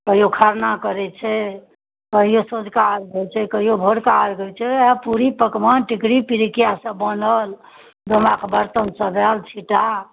कहियो खरना करैत छै कहिओ सँझुका अर्घ होइत छै कहिओ भोरका अर्घ होइत छै ओएह पूरी पकवान टिकरी पिरुकिया सब बनल डोमाके बर्तन सब आएल छिटा